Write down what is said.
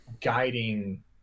guiding